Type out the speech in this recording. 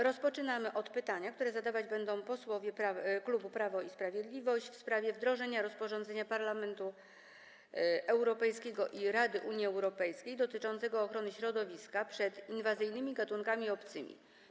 Rozpoczynamy od pytania, które zadawać będą posłowie klubu Prawo i Sprawiedliwość w sprawie wdrożenia rozporządzenia Parlamentu Europejskiego i Rady Unii Europejskiej dotyczącego ochrony środowiska przed inwazyjnymi gatunkami obcymi.